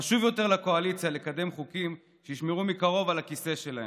חשוב יותר לקואליציה לקדם חוקים שישמרו מקרוב על הכיסא שלהם.